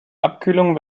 abkühlung